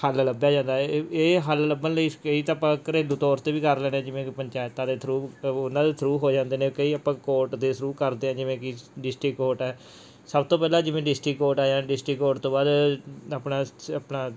ਹੱਲ ਲੱਭਿਆ ਜਾਂਦਾ ਇਹ ਹੱਲ ਲੱਭਣ ਲਈ ਕਈ ਤਾਂ ਆਪਾਂ ਘਰੇਲੂ ਤੌਰ 'ਤੇ ਵੀ ਕਰ ਲੈਂਦੇ ਜਿਵੇਂ ਕਿ ਪੰਚਾਇਤਾਂ ਦੇ ਥਰੂਅ ਉਹਨਾਂ ਦੇ ਥਰੂਅ ਹੋ ਜਾਂਦੇ ਨੇ ਕਈ ਆਪਾਂ ਕੋਰਟ ਦੇ ਥਰੂਅ ਕਰਦੇ ਹਾਂ ਜਿਵੇਂ ਕਿ ਡਿਸਟਰਿਕਟ ਕੋਰਟ ਹੈ ਸਭ ਤੋਂ ਪਹਿਲਾਂ ਜਿਵੇਂ ਡਿਸਟ੍ਰਿਕਟ ਕੋਰਟ ਆਇਆ ਡਿਸਟ੍ਰਿਕਟ ਕੋਰਟ ਤੋਂ ਬਾਅਦ ਆਪਣਾ ਆਪਣਾ